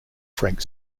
frank